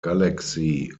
galaxy